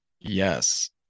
Yes